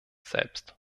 selbst